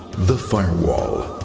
the firewall.